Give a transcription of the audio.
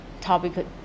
topic